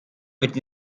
wird